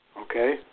Okay